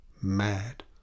mad